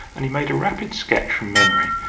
and he made a rapid sketch from memory,